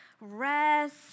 Rest